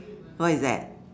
what is that